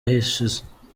ahishe